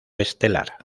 estelar